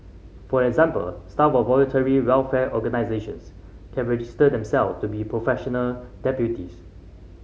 for example staff of voluntary welfare organisations can register themselves to be professional deputies